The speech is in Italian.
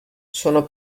sono